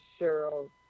Cheryl